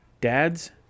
dad's